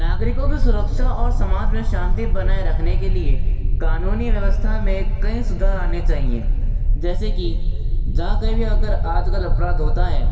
नागरिकों की सुरक्षा और समाज में शांति बनाए रखने के लिए कानूनी व्यवस्था में कई सुधार आने चाहिए जैसे कि जहाँ कही भी अगर आज कल अपराध होता है